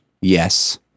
Yes